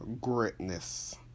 greatness